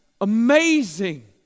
amazing